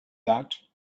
that